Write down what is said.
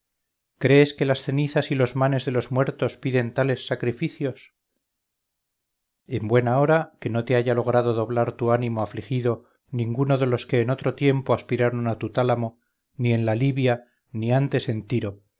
crees que las cenizas y los manes de los muertos piden tales sacrificios en buena hora que no haya logrado doblar tu ánimo afligido ninguno de los que en otro tiempo aspiraron a tu tálamo ni en la libia ni antes en tiro